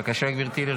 בבקשה, גברתי.